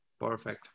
perfect